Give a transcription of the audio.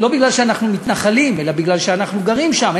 לא מפני שאנחנו מתנחלים אלא מפני שאנחנו גרים שם,